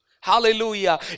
Hallelujah